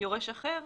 יורש אחר,